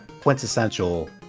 quintessential